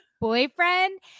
boyfriend